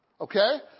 Okay